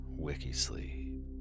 Wikisleep